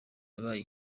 yabaye